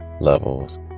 levels